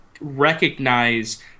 recognize